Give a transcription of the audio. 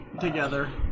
together